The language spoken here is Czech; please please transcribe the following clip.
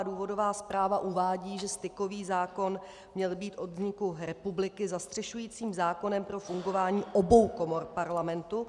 Důvodová zpráva uvádí, že stykový zákon měl být od vzniku republiky zastřešujícím zákonem pro fungování obou komor Parlamentu.